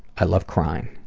i love crying.